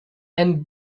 and